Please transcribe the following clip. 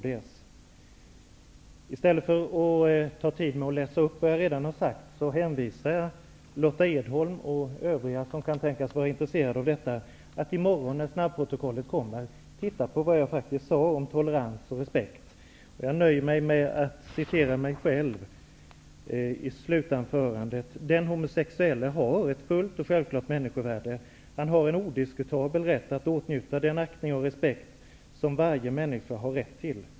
I stället för att ta tid i anspråk för att upprepa vad jag redan har sagt rekommenderar jag Lotta Edholm och övriga som kan tänkas vara intresserade av detta att i morgon när snabbprotokollet kommer titta på vad jag faktiskt sagt om tolerans och respekt. Jag nöjer mig med att återge vad jag själv avslutningsvis sagt: Den homosexuelle har ett fullt och självklart människovärde. Han har en odiskutabel rätt att åtnjuta den aktning och respekt som varje människa har rätt till.